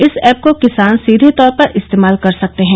इस ऐप को किसान सीधे तौर पर इस्तेमाल कर सकते हैं